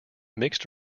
mixed